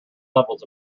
levels